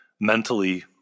mentally